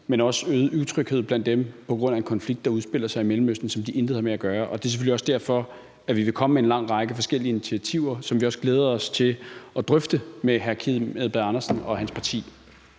men også en øget utryghed blandt dem på grund af en konflikt, der udspiller sig i Mellemøsten, som de intet har med at gøre. Og det er selvfølgelig også derfor, at vi vil komme med en lang række forskellige initiativer, som vi også glæder os til at drøfte med hr. Kim Edberg Andersen og hans parti.